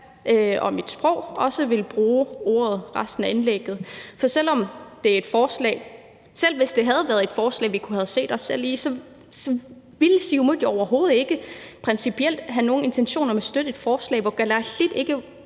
og mit sprog også vil bruge i resten af indlægget. For selv hvis det havde været et forslag, vi havde kunnet se os selv i, ville Siumut overhovedet ikke principielt have nogen intention om at støtte et forslag, hvor Kalaalit